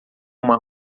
uma